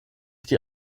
die